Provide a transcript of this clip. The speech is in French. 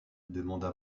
demanda